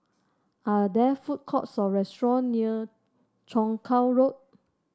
are there food courts or restaurant near Chong Kuo Road